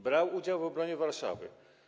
Brał udział w obronie Warszawy.